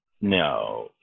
No